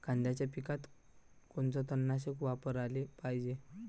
कांद्याच्या पिकात कोनचं तननाशक वापराले पायजे?